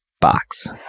box